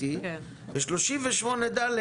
38(ד)